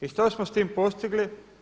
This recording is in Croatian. Išto smo s time postigli?